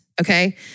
okay